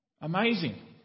amazing